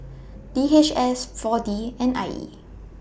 D H S four D and I E